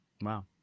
Wow